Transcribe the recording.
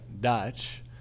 Dutch